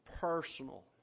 personal